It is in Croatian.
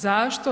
Zašto?